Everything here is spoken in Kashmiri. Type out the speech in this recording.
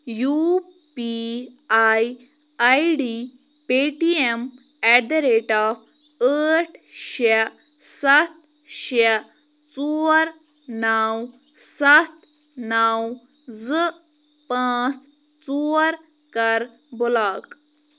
U P I I D Paytm at the rate of ٲٹھ شےٚ سَتھ شےٚ ژور نَو سَتھ نَو زٕ پانٛژھ ژور کَر بٕلاک